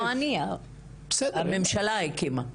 הממשלה הקימה.